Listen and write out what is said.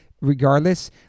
regardless